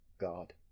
God